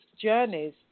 journeys